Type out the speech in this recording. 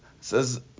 Says